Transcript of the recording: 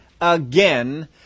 again